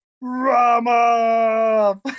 Rama